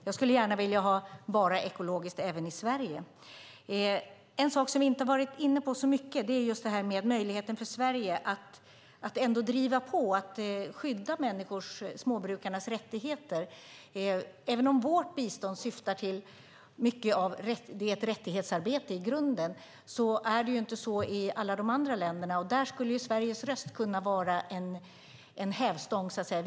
Jag skulle gärna vilja ha enbart ekologiskt även i Sverige. En sak som vi inte har varit inne på så mycket är just möjligheten för Sverige att ändå driva på när det gäller att skydda småbrukarnas rättigheter. Även om vårt bistånd är ett rättighetsarbete i grunden är det inte så i alla de andra länderna. Där skulle Sveriges röst kunna vara en hävstång, så att säga.